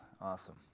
awesome